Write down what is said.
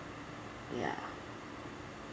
ya